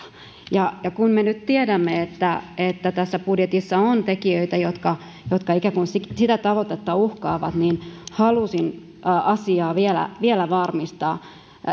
ja ja kun me nyt tiedämme että että tässä budjetissa on tekijöitä jotka jotka ikään kuin sitä tavoitetta uhkaavat niin halusin asiaa vielä vielä varmistaa